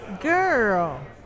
Girl